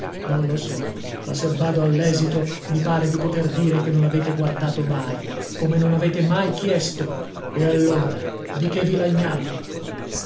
non lo so ma se bado all'esito mi pare di poter dire che non avete guardato mai come non avete mai chiesto e allora di che vi lagnate